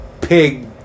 Pig